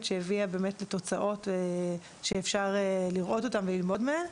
שהביאה באמת לתוצאות שאפשר לראות אותן וללמוד מהן.